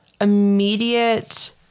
immediate